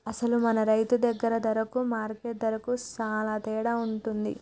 అసలు మన రైతు దగ్గర ధరకు మార్కెట్ ధరకు సాలా తేడా ఉంటుంది